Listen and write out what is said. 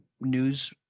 news